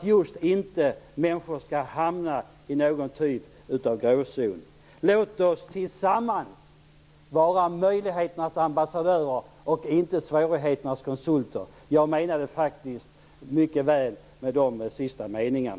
just för att inte människor skall hamna i någon typ av gråzon. Låt oss tillsammans vara möjligheternas ambassadörer och inte svårigheternas konsulter. Jag menade faktiskt mycket väl med de sista meningarna.